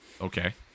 okay